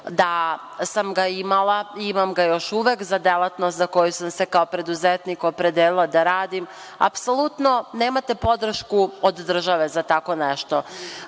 da sam ga imala i imam ga još uvek za delatnost za koju sam se kao preduzetnik opredelila da radim, apsolutno nemate podršku od države za tako nešto.